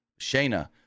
Shayna